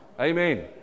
amen